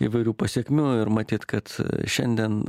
įvairių pasekmių ir matyt kad šiandien